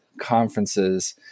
conferences